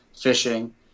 fishing